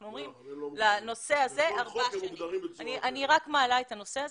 אני רק מעלה את הנושא,